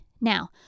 Now